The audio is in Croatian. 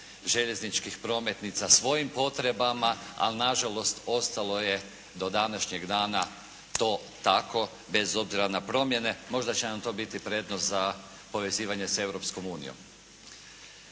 željezničkih prometnica svojim potrebama, ali nažalost ostalo je do današnjeg dana to tako bez obzira na promjene. Možda će nam to biti prednost za povezivanje sa Europskom unijom.